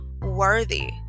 worthy